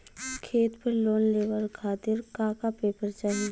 खेत पर लोन लेवल खातिर का का पेपर चाही?